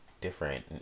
different